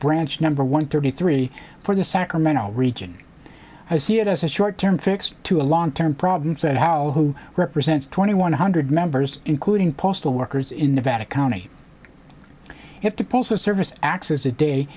branch number one thirty three for the sacramento region i see it as a short term fix to a long term problem said how who represents twenty one hundred members including postal workers in nevada county have to pull service acts as a day